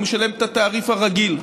הוא משלם את התעריף הרגיל.